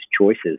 choices